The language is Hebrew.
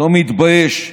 לא מתבייש.